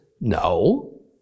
no